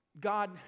God